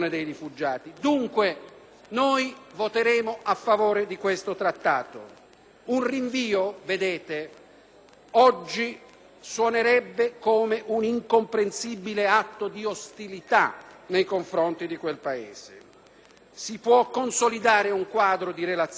oggi suonerebbe come un incomprensibile atto di ostilità nei confronti di quel Paese. Si può consolidare un quadro di relazioni, non solo di partenariato energetico, ma anche per le nuove opportunità di mercato che si aprono